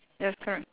yes correct